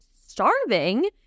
starving